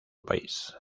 país